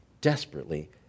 desperately